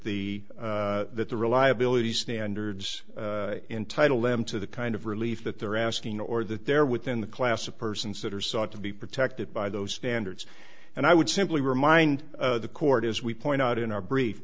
the that the reliability standards entitle them to the kind of relief that they're asking or that they're within the class of persons that are sought to be protected by those standards and i would simply remind the court as we point out in our brief